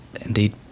indeed